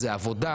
עבודה,